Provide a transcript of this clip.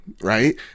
right